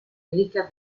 ricca